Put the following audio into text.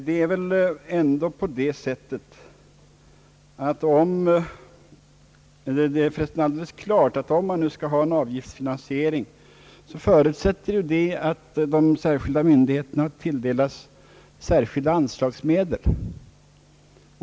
Det är väl alldeles klart att om man skulle ha en avgiftsfinansiering förutsätter detta att de olika myndigheterna tilldelas särskilda anslagsmedel.